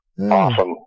Awesome